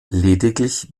lediglich